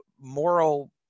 moral